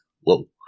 Whoa